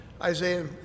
Isaiah